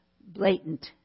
blatant